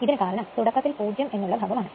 ഇതിന് കാരണം തുടക്കത്തിൽ 0 എന്ന് ഉള്ള ഭാഗം ആണ്